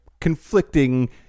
conflicting